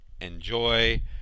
enjoy